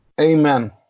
Amen